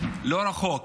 לא רחוק,